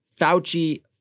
Fauci